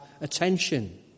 attention